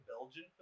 Belgian